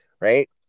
Right